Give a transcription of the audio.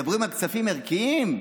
מדברים על כספים ערכיים.